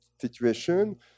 situation